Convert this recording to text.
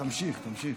תמשיך, תמשיך.